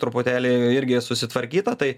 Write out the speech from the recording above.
truputėlį irgi susitvarkyta tai